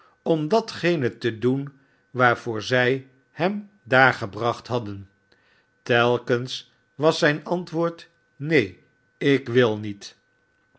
s ene te doen waarvoor zij hem daar gebracht hadden telkens was zijn antwoord neen ik wil niet